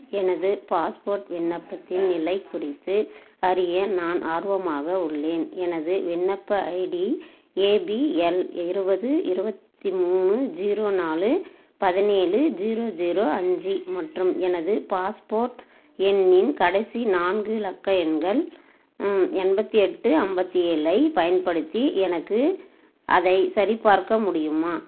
எனது பாஸ்போர்ட் விண்ணப்பத்தின் நிலை குறித்து அறிய நான் ஆர்வமாக உள்ளேன் எனது விண்ணப்ப ஐடி ஏபிஎல் இருபது இருபத்தி மூணு ஜீரோ நாலு பதினேலு ஜீரோ ஜீரோ அஞ்சு மற்றும் எனது பாஸ்போர்ட் எண்ணின் கடைசி நான்கு இலக்க எண்கள் எண்பத்து எட்டு ஐம்பத்தி ஏழை பயன்படுத்தி எனக்கு அதை சரிபார்க்க முடியுமா